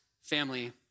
family